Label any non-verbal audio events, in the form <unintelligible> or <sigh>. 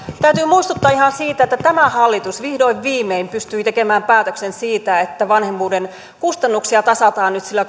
täytyy muistuttaa ihan siitä että tämä hallitus vihdoin viimein pystyi tekemään päätöksen siitä että vanhemmuuden kustannuksia tasataan nyt sillä <unintelligible>